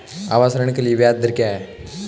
आवास ऋण के लिए ब्याज दर क्या हैं?